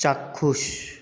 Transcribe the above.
চাক্ষুষ